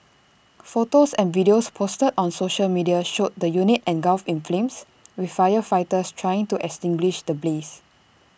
photos and videos posted on social media showed the unit engulfed in flames with firefighters trying to extinguish the blaze